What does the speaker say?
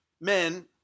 men